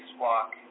Walk –